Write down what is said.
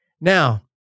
Now